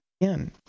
again